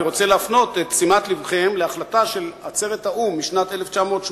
אני רוצה להפנות את תשומת לבכם להחלטה של עצרת האו"ם משנת 1985,